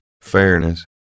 fairness